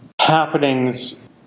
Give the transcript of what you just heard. happenings